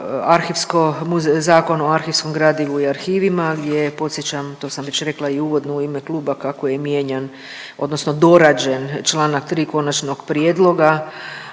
Zakon o arhivskom gradivu i arhivima gdje je podsjećam, to sam već rekla i uvodno i u ime kluba, kako je mijenjan odnosno dorađen čl. 3. konačnog prijedloga